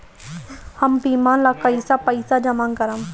हम बीमा ला कईसे पईसा जमा करम?